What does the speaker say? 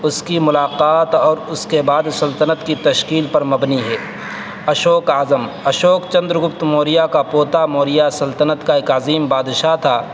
اس کی ملاقات اور اس کے بعد سلطنت کی تشکیل پر مبنی ہے اشوک اعظم اشوک چندر گپت موریہ کا پوتا موریہ سلطنت کا ایک عظیم بادشاہ تھا